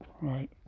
Right